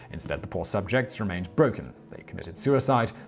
instead, the poor subjects remained broken they committed suicide,